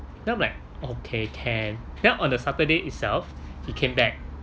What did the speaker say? then I'm like okay can then on the saturday itself he came back